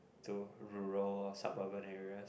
to rural suburban areas